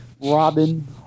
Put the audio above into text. Robin